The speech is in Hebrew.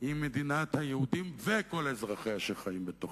היא מדינת היהודים וכל אזרחיה שחיים בתוכה.